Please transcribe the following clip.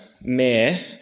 Mayor